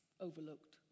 overlooked